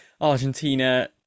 argentina